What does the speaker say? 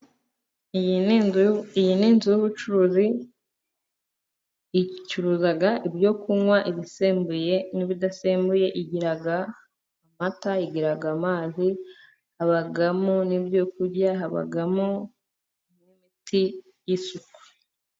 Iyi ni inzu y'ubucuruzi icuruza ibyo kunywa, ibisembuye n'ibidasembuye. Igira amata, igira amazi, ibamo n'ibyo kurya habamo n'imiti y'isuku.